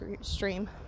stream